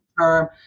term